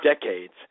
decades